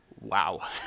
Wow